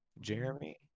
Jeremy